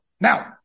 now